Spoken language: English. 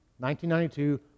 1992